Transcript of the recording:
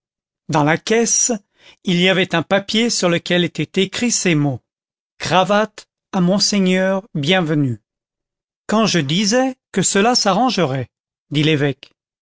dans la caisse il y avait un papier sur lequel étaient écrits ces mots cravatte à monseigneur bienvenu quand je disais que cela s'arrangerait dit l'évêque